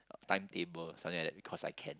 timetable something like that because I can